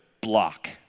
block